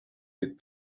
від